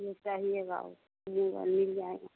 जो कहिएगा वो वाला मिल जाएगा